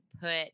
put